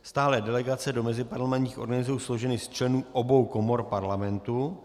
Stálé delegace do meziparlamentních organizací jsou složeny z členů obou komor Parlamentu.